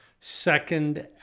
second